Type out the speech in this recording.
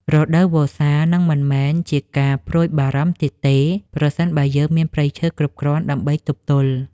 រដូវវស្សានឹងមិនមែនជាការព្រួយបារម្ភទៀតទេ ប្រសិនបើយើងមានព្រៃឈើគ្រប់គ្រាន់ដើម្បីទប់ទល់។